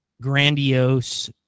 grandiose